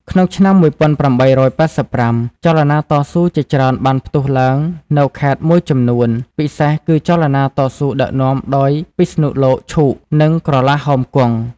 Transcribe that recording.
ក្នុងឆ្នាំ ១៨៨៥ ចលនាតស៊ូជាច្រើនបានផ្ទុះឡើងនៅខេត្តមួយចំនួន ពិសេសគឺចលនាតស៊ូដឹកនាំដោយពិស្ណុលោកឈូក និងក្រឡាហោមគង់។